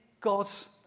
God's